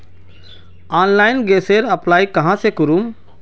Online गैसेर apply कहाँ से करूम?